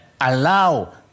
allow